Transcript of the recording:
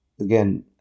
again